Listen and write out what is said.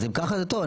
אם ככה זה טוב,